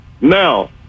Now